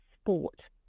sport